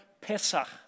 Pesach